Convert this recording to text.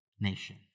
nation